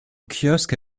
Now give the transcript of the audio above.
kiosque